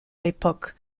l’époque